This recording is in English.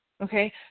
Okay